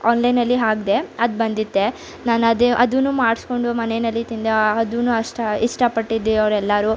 ಆನ್ಲೈನಲಿ ಹಾಕಿದೆ ಅದು ಬಂದಿತ್ತೆ ನಾನು ಅದು ಅದೂ ಮಾಡಿಸ್ಕೊಂಡು ಮನೆಯಲ್ಲಿ ತಿಂದೆ ಅದೂ ಅಷ್ಟು ಇಷ್ಟಪಟ್ಟಿದ್ದೆ ಅವರೆಲ್ಲರೂ